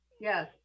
yes